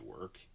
work